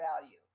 value